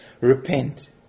Repent